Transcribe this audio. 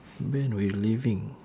ben we leaving